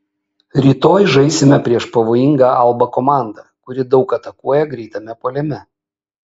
rytoj žaisime prieš pavojingą alba komandą kuri daug atakuoja greitame puolime